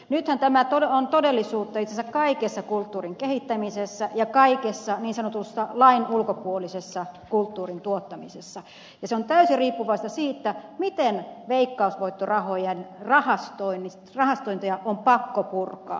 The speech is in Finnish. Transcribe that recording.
nythän tämä on todellisuutta itse asiassa kaikessa kulttuurin kehittämisessä ja kaikessa niin sanotussa lain ulkopuolisessa kulttuurin tuottamisessa ja se on täysin riippuvaista siitä miten veikkausvoittorahojen rahastointeja on pakko purkaa